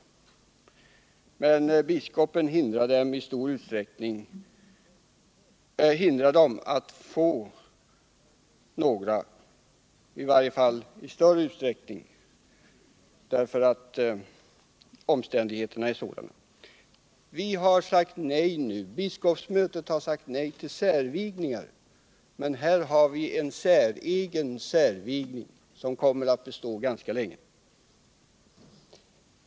Men biskopen hindrar i stor utsträckning församlingarna från att få kvinnliga präster — omständigheterna är sådana. Biskopsmötet har sagt nej till särvigningar, men här har vi en säregen särvigning som kommer att bestå ganska länge.